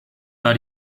war